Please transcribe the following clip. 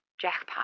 jackpot